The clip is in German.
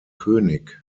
könig